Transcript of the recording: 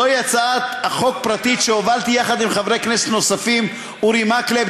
זוהי הצעת חוק פרטית שהובלתי יחד עם חברי כנסת נוספים: אורי מקלב,